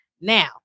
now